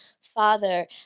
father